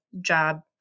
job